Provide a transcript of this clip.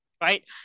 right